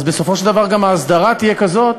בסופו של דבר גם ההסדרה תהיה כזאת